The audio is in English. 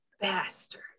Bastard